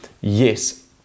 yes